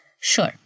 Sure